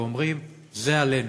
ואומרים: זה עלינו.